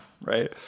right